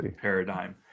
Paradigm